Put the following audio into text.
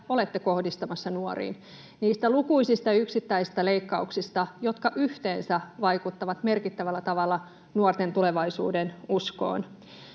olette kohdistamassa nuoriin, niistä lukuisista yksittäistä leikkauksista, jotka yhteensä vaikuttavat merkittävällä tavalla nuorten tulevaisuudenuskoon,